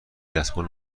دستمال